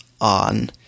on